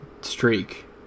streak